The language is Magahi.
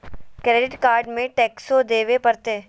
क्रेडिट कार्ड में टेक्सो देवे परते?